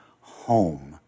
home